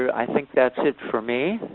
i think that's it for me